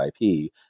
IP